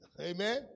Amen